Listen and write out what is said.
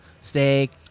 steak